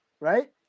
right